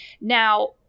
Now